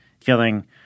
feeling